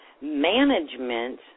management